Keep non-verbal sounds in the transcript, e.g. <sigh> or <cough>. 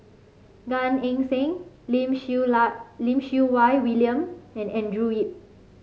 Gan Eng Seng Lim Siew <unintelligible> Lim Siew Wai William and Andrew Yip